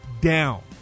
down